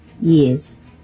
Yes